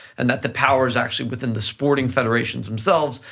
and that the power is actually within the sporting federations themselves,